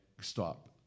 stop